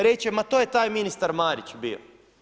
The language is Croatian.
Reći će, ma to je taj ministar Marić bio.